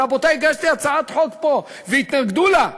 רבותי, הגשתי הצעת חוק פה, והתנגדו לה.